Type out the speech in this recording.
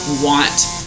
want